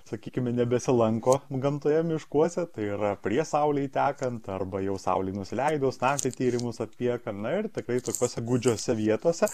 sakykime nebesilanko gamtoje miškuose tai yra prieš saulei tekant arba jau saulei nusileidus naktį tyrimus atlieka na ir tikrai tokiose gūdžiose vietose